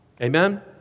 Amen